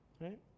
Right